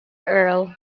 earl